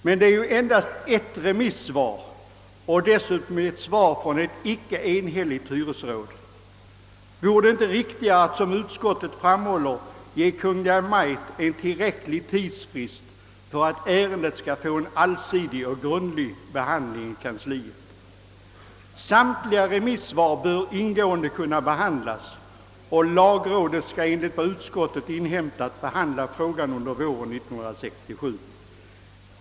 Men det är ju endast ett remissvar och dessutom ett svar från ett icke enhälligt hyresråd. Vore det inte riktigare att som utskottet föreslår ge Kungl. Maj:t en tillräcklig tidsfrist för att ärendet skall få en allsidig och grundlig behandling i kanslihuset? Samtliga remissvar bör ingående kunna behandlas, och lagrådet skall, enligt vad utskottet inhämtat, behandla frågan under våren 1967.